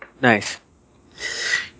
Nice